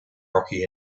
rocky